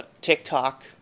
TikTok